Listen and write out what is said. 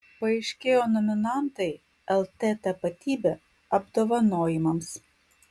paaiškėjo nominantai lt tapatybė apdovanojimams